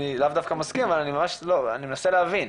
אני לאו דווקא מסכים אבל אני מנסה להבין.